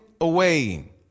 away